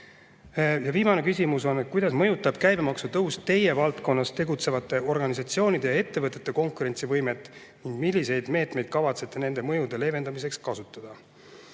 Viimane küsimus. Kuidas mõjutab käibemaksu tõus teie valdkonnas tegutsevate organisatsioonide ja ettevõtete konkurentsivõimet ning milliseid meetmeid kavatsete nende mõjude leevendamiseks kasutada?